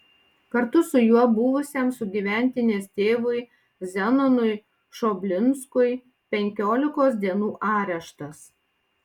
kartu su juo buvusiam sugyventinės tėvui zenonui šoblinskui penkiolikos dienų areštas